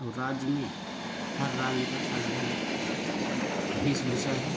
और राज्य में हर राज्य का अलग अलग वेशभूषा है